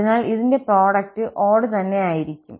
അതിനാൽ ഇതിന്റെ പ്രോഡക്റ്റ് ഓട് തന്നെ ആയിരിക്കും